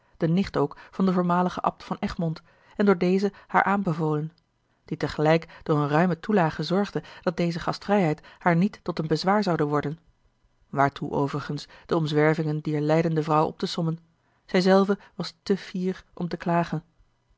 de nicht ook van den voormaligen abt van egmond en door dezen haar aanbevolen die tegelijk door eene ruime toelage zorgde dat deze gastvrijheid haar niet tot een bezwaar zoude worden waartoe overigens de omzwervingen dier lijdende vrouw op te sommen zij zelve was te fier om te klagen